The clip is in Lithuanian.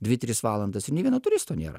dvi tris valandas ir nei vieno turisto nėra